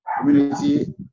community